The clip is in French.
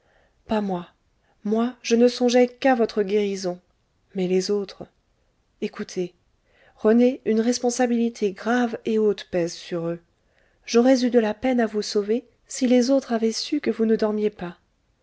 pas moi moi je ne songeais qu'à votre guérison mais les autres ecoutez rené une responsabilité grave et haute pèse sur eux j'aurais eu de la peine à vous sauver si les autres avaient su que vous ne dormiez pas